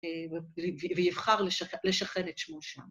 ‫ויבחר לשכן את שמו שם.